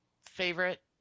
favorite